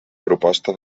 proposta